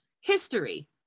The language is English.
history